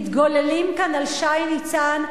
מתגוללים כאן על שי ניצן.